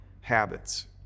habits